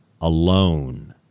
Alone